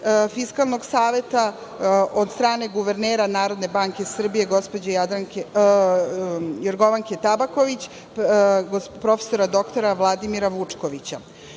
Fiskalnog saveta od strane guvernera Narodne banke guvernera gospođe Jorgovanke Tabaković prof. dr Vladimir Vučkovića.U